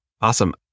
Awesome